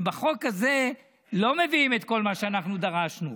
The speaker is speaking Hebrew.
ובחוק הזה לא מביאים את כל מה שאנחנו דרשנו,